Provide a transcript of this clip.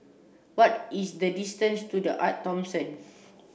what is the distance to The Arte Thomson